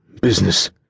business